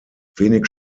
wenig